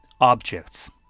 objects